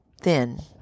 thin